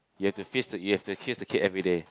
you have to fist you have to kiss the kids everyday